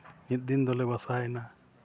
ᱢᱤᱫ ᱫᱤᱱ ᱫᱚᱞᱮ ᱵᱟᱥᱟᱭᱮᱱᱟ